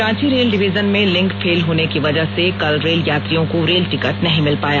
Ranchi rail division में link fail होने की वजह से कल रेल यात्रियों को रेल टिकट नहीं मिल पाया